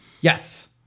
Yes